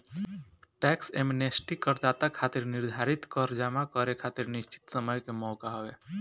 tax amnesty करदाता खातिर निर्धारित कर जमा करे खातिर निश्चित समय के मौका हवे